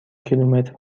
کیلومتر